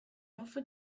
hoffe